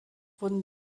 wurden